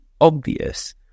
obvious